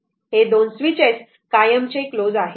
हे 2 स्विचेस कायमचे क्लोज आहेत बरोबर